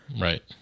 Right